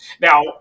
Now